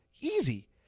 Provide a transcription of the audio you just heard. Easy